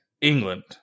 England